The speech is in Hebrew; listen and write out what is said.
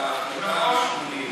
ההחלטה של ה-80.